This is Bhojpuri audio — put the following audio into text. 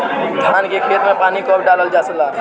धान के खेत मे पानी कब डालल जा ला?